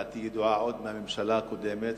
דעתי ידועה עוד מהממשלה הקודמת,